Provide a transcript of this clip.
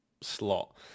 slot